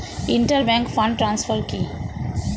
Inter bank fund transfer কি?